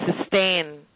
sustain